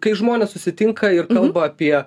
kai žmonės susitinka ir kalba apie